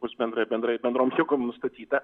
bus bendrai bendrai bendrom jėgom nustatyta